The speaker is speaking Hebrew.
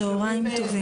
צוהריים טובים.